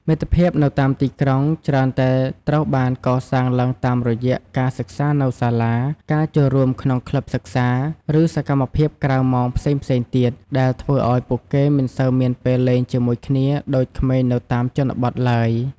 មិត្តភាពនៅតាមទីក្រុងច្រើនតែត្រូវបានកសាងឡើងតាមរយៈការសិក្សានៅសាលា ការចូលរួមក្នុងក្លឹបសិក្សា ឬសកម្មភាពក្រៅម៉ោងផ្សេងៗទៀត ដែលធ្វើឲ្យពួកគេមិនសូវមានពេលលេងជាមួយគ្នាដូចក្មេងនៅតាមជនបទឡើយ។